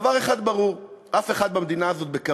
דבר אחד ברור: אף אחד במדינה הזאת לא